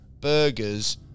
burgers